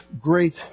great